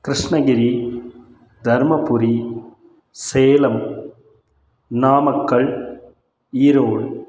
Krishnagiri Dharmapuri Salem Namakkal Erode